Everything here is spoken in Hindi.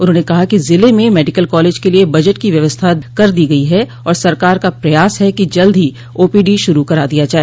उन्होंने कहा कि जिले में मेडिकल कालेज के लिए बजट की व्यवस्था कर दी गयी है और सरकार का प्रयास है कि जल्द ही ओपीडी शुरू करा दो जाय